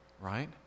right